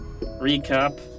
Recap